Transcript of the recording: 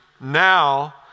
Now